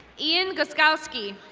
ian gosgowski.